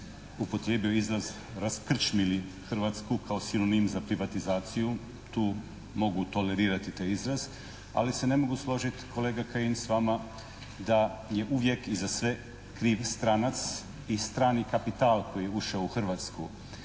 upotrijebio izraz "raskrčmili" Hrvatsku kao sinonim za privatizaciju. Tu mogu tolerirati taj izraz, ali se ne mogu složiti kolega Kajin s vama da je uvijek i za sve kriv stranac i strani kapital koji je ušao u Hrvatsku.